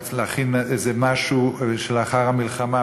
להכין איזה משהו שלאחר המלחמה,